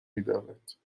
میدارد